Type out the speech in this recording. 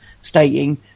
stating